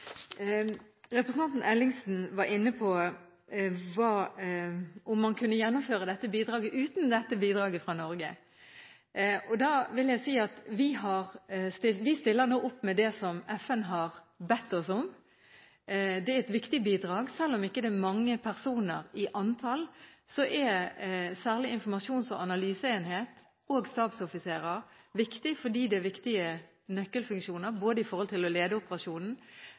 Representanten Ellingsen var inne på om man kunne gjennomføre dette oppdraget uten bidraget fra Norge. Da vil jeg si at vi stiller opp med det som FN har bedt oss om. Det er et viktig bidrag. Selv om det ikke er mange personer i antall, er særlig informasjons- og analyseenhet og stabsoffiserer viktig, fordi det er viktige nøkkelfunksjoner når det gjelder å lede operasjonen.